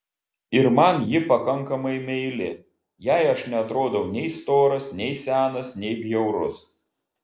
ir man ji pakankamai meili jai aš neatrodau nei storas nei senas nei bjaurus